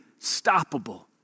stoppable